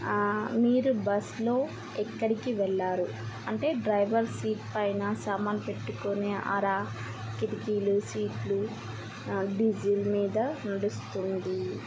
మీరు బస్లో ఎక్కడికి వెళ్ళారు అంటే డ్రైవర్ సీట్ పైన సామాన్ పెట్టుకొని అరా కిటికీలు సీట్లు డీజిల్ మీద నడుస్తుంది ఓకే